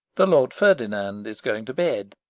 the lord ferdinand is going to bed.